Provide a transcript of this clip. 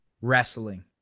wrestling